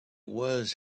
was